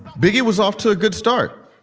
biggie was off to a good start,